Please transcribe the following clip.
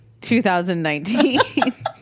2019